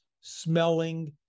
smelling